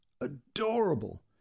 adorable